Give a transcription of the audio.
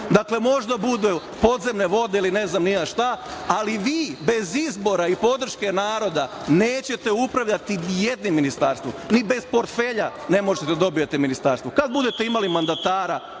Dakle, možda budu podzemne vode ili ne znam ni ja šta, ali da vi bez izbora i podrške naroda nećete upravljati nijednim ministarstvom, ni bez portfelja ne možete da dobijete ministarstvo. Kada budete imali mandatara